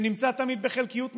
שנמצא תמיד בחלקיות משרה.